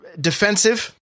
Defensive